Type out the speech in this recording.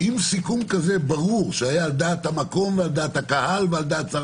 סיכום כזה ברור שהיה על דעת המקום ועל דעת הקהל ועל דעת שר